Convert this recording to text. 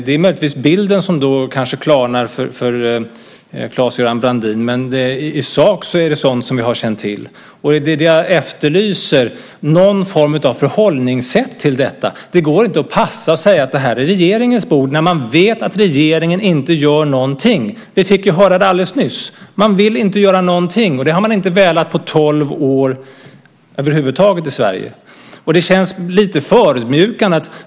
Det är möjligtvis bilden som klarnar för Claes-Göran Brandin, men i sak är det sådant som vi har känt till. Jag efterlyser någon form av förhållningssätt till detta. Det går inte att passa och säga att det här är regeringens bord när man vet att regeringen inte gör någonting. Vi fick ju höra det alldeles nyss! Den vill inte göra någonting. Det har man inte velat göra på tolv år över huvud taget i Sverige.